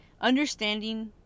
understanding